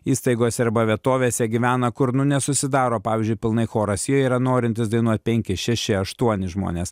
įstaigose arba vietovėse gyvena kur nu nesusidaro pavyzdžiui pilnai choras jie yra norintys dainuot penki šeši aštuoni žmonės